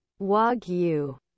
Wagyu